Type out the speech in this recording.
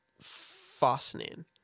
fascinating